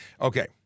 Okay